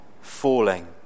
falling